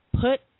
put